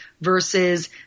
versus